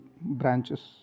branches